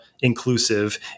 inclusive